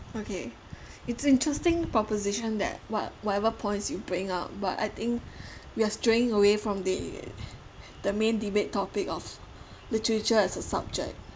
okay it's interesting proposition that what whatever points you bring out but I think we're straying away from the the main debate topic of literature as a subject